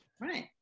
Right